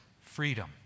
freedom